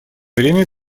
время